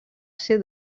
ser